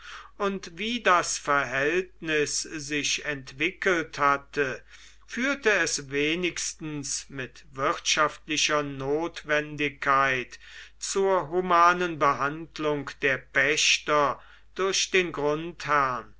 und wie das verhältnis sich entwickelt hatte führte es wenigstens mit wirtschaftlicher notwendigkeit zur humanen behandlung der pächter durch den